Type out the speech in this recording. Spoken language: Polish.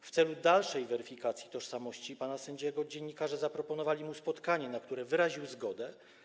W celu dalszej weryfikacji tożsamości pana sędziego dziennikarze zaproponowali mu spotkanie, na które wyraził zgodę.